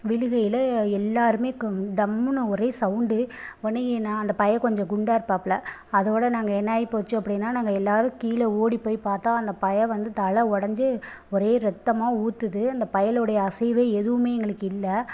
விழுகையில் எல்லோருமே க தம்னு ஒரே சவுண்ட் உடனே நான் அந்த பைய கொஞ்சோம் குண்டாக இருப்பாப்புல அதோடய நாங்கள் ஏன்னால் ஆகி போய் போச்சோ நாங்கள் எல்லோரு கீழே ஓடி போய் பார்த்தா அந்த பைய வந்து தலை உடைஞ்சு ஒரே ரத்தமாக ஊற்றுது அந்த பையலோடய அசைவே எதுவுமே எங்களுக்கு இல்லை